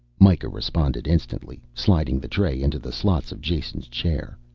mikah responded instantly, sliding the tray into the slots of jason's chair.